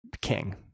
king